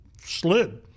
slid